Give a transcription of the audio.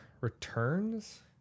Returns